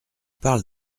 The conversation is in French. parle